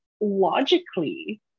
logically